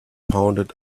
pointed